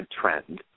trend